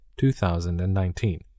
2019